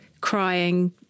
crying